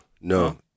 no